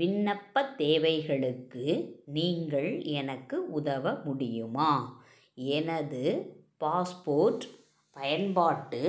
விண்ணப்பத் தேவைகளுக்கு நீங்கள் எனக்கு உதவ முடியுமா எனது பாஸ்போர்ட் பயன்பாட்டு